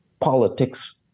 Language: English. politics